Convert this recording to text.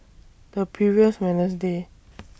The previous Wednesday